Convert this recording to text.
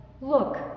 look